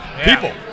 people